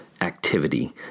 activity